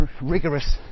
rigorous